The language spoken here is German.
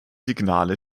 signale